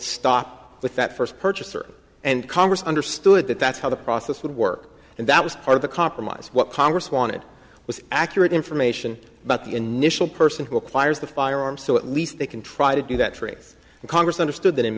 stop with that first purchaser and congress understood that that's how the process would work and that was part of the compromise what congress wanted was accurate information about the initial person who acquires the firearm so at least they can try to do that for if congress understood that in